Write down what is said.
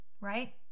right